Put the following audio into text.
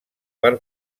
per